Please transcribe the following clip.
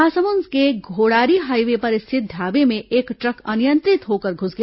महासमुंद के घोड़ारी हाइवे पर स्थित ढाबे में एक ट्रक अनियंत्रित होकर घुस गया